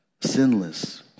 sinless